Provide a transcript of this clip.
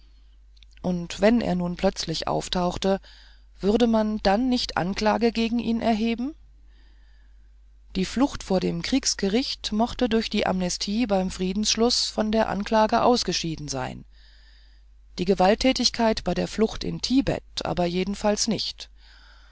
und wenn er nun plötzlich auftauchte würde man dann nicht die anklage gegen ihn erheben die flucht vor dem kriegsgericht mochte durch die amnestie beim friedensschluß von der anklage ausgeschieden sein die gewaltätigkeit bei der flucht in tibet aber jedenfalls nicht